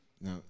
Now